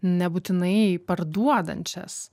nebūtinai parduodančias